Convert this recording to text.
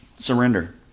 Surrender